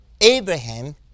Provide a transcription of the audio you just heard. Abraham